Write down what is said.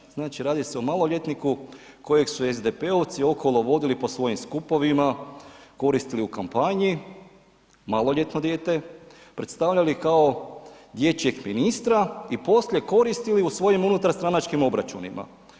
Bajsić znači radi se o maloljetniku kojeg su SDP-ovci okolo vodili po svojim skupovima, koristili u kampanji, maloljetno dijete, predstavljali kao dječjeg ministra i poslije koristili u svojim unutarstranačkim obračunima.